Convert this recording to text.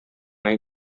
hain